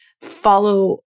follow